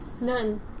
none